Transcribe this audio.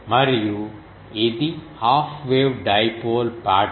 మరియు ఇది half wave dipole pattern